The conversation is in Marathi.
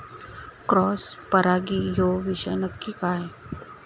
क्रॉस परागी ह्यो विषय नक्की काय?